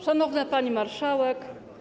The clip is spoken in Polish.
Szanowna Pani Marszałek!